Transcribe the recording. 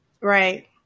Right